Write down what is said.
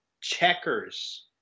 Checkers